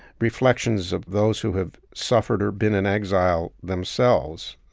reflections of those who have suffered or been in exile themselves,